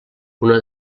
una